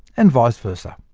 and vice versa.